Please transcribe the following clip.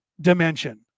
dimension